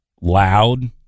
loud